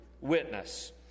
witness